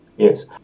Yes